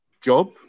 job